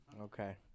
okay